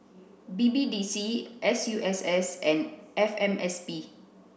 B B D C S U S S and F M S B